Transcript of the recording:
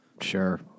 sure